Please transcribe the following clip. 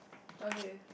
okay